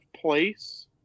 place